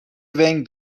ونگ